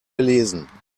gelesen